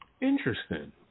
interesting